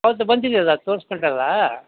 ಹೌದು ಬಂದಿದ್ದರಲ್ಲ ತೋರ್ಸಿಕೊಂಡ್ರಲ್ಲ